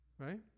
Right